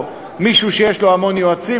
או מישהו שיש לו המון יועצים,